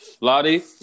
Lottie